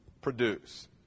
produce